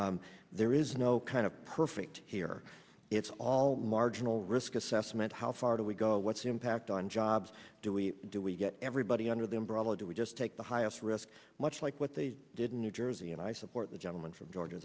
there is no kind of perfect here it's all marginal risk assessment how far do we go what's the impact on jobs do we do we get everybody under the umbrella do we just take the highest risks much like what they did in new jersey and i support the gentleman from georg